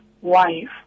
wife